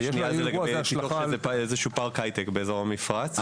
והשני בניית פארק הייטק באזור המפרץ.